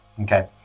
okay